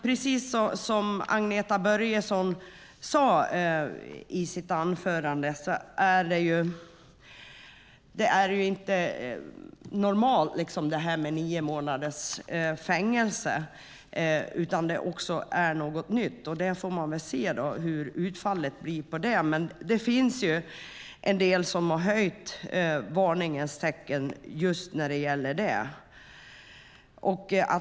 Precis som Agneta Börjesson sade i sitt anförande är straffet nio månaders fängelse inte normen utan någonting nytt. Man får se hur utfallet blir på det. Det finns en del som har höjt ett varningstecken för just det.